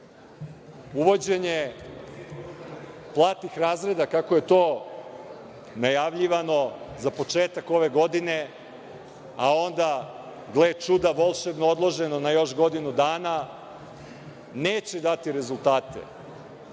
Uvođenje platnih razreda kako je to najavljivano za početak ove godine, a onda gle čuda volšebno odloženo na još godinu dana, neće dati rezultate